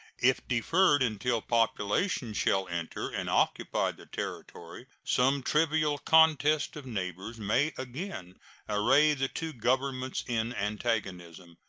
if deferred until population shall enter and occupy the territory, some trivial contest of neighbors may again array the two governments in antagonism.